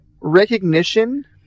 recognition